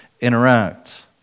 interact